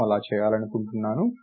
నేను అలా చేయాలనుకుంటున్నాను